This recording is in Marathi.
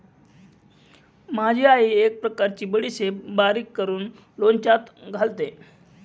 माझी आई एक प्रकारची बडीशेप बारीक करून लोणच्यात घालते